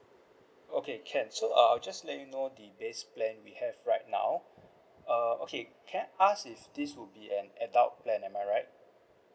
okay can so uh I'll just let you know the base plan we have right now uh okay can I ask if this would be an adult plan am I right